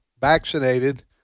vaccinated